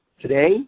Today